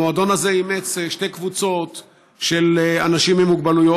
המועדון הזה אימץ שתי קבוצות של אנשים עם מוגבלות,